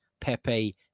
Pepe